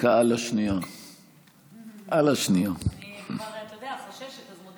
הזה, התרגשתי ממנו, הלכנו